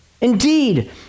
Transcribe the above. Indeed